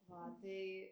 va tai